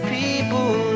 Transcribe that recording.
people